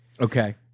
Okay